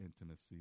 intimacy